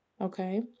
Okay